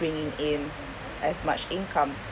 bringing in as much income